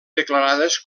declarades